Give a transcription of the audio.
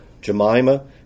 Jemima